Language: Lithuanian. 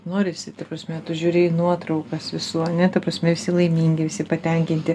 norisi ta prasme tu žiūri į nuotraukas visų ane ta prasme visi laimingi visi patenkinti